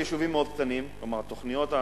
היישובים מאוד קטנים, והתוכניות,